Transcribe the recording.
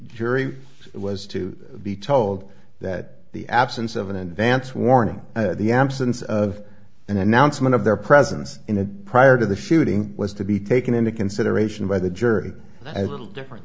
jury was to be told that the absence of an advance warning the absence of an announcement of their presence in a prior to the shooting was to be taken into consideration by the jury at different